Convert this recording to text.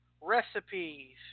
recipes